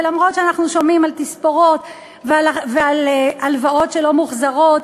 ולמרות שאנחנו שומעים על תספורות ועל הלוואות שלא מוחזרות,